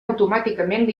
automàticament